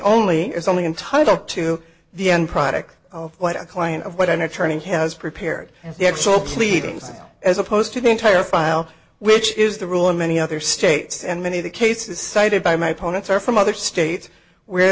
only is only entitled to the end product of what a client of what an attorney has prepared is the actual pleadings as opposed to the entire file which is the rule in many other states and many of the cases cited by my posts are from other states where